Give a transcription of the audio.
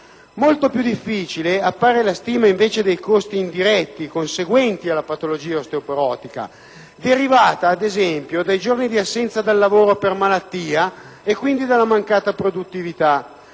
Molto più difficile appare la stima dei costi indiretti conseguenti alla patologia osteoporotica, derivanti dai giorni di assenza dal lavoro per malattia e quindi dalla mancata produttività,